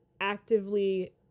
actively